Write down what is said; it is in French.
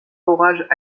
forages